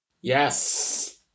Yes